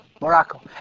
Morocco